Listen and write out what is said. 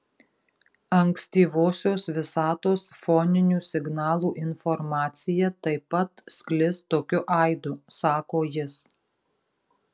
ankstyvosios visatos foninių signalų informacija taip pat sklis tokiu aidu sako jis